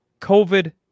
COVID